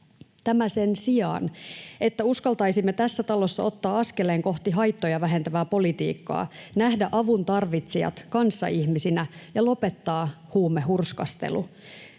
Tämä sen sijaan, että uskaltaisimme tässä talossa ottaa askeleen kohti haittoja vähentävää politiikkaa, nähdä avuntarvitsijat kanssaihmisinä ja lopettaa huumehurskastelu.